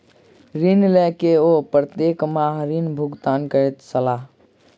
ऋण लय के ओ प्रत्येक माह ऋण भुगतान करै छलाह